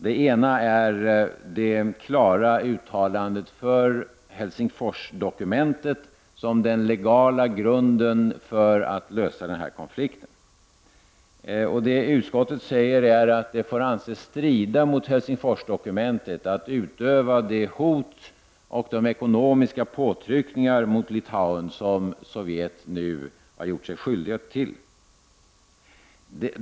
Den ena är det klara uttalandet för Helsingforsdokumentet som den legala grunden för att lösa den här konflikten. Vad utskottet säger är att det får anses strida mot Helsingforsdokumentet att utöva det hot och de ekonomiska påtryckningar mot Litauen som Sovjet gjort sig skyldigt till.